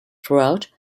throughout